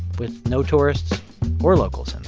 with no tourists or locals